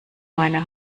meine